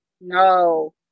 No